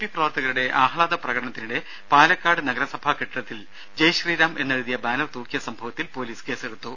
P പ്രവർത്തകരുടെ ആഹ്ലാദ പ്രകടനത്തിനിടെ പാലക്കാട് നഗരസഭാ കെട്ടിടത്തിൽ ജയ് ശ്രീറാം എന്നെഴുതിയ ബാനർ തൂക്കിയ സംഭവത്തിൽ പൊലീസ് കേസെടുത്തു